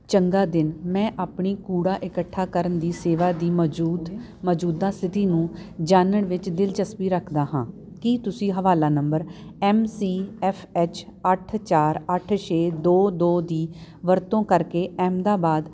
ਚੰਗਾ ਦਿਨ ਮੈਂ ਆਪਣੀ ਕੂੜਾ ਇਕੱਠਾ ਕਰਨ ਦੀ ਸੇਵਾ ਦੀ ਮੌਜੂਦ ਮੌਜੂਦਾ ਸਥਿਤੀ ਨੂੰ ਜਾਨਣ ਵਿੱਚ ਦਿਲਚਸਪੀ ਰੱਖਦਾ ਹਾਂ ਕੀ ਤੁਸੀਂ ਹਵਾਲਾ number M C F H ਅੱਠ ਚਾਰ ਅੱਠ ਛੇ ਦੋ ਦੋੋ ਦੀ ਵਰਤੋਂ ਕਰਕੇ ਅਹਿਮਦਾਬਾਦ